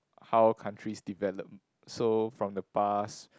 how countries develop so from the past